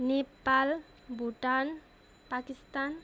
Nepal Bhutan Pakistan